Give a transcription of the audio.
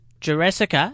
Jurassic